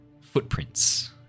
footprints